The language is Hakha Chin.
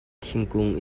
thingkung